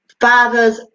father's